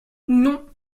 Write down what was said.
non